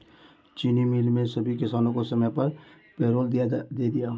चीनी मिल ने सभी किसानों को समय पर पैरोल दे दिया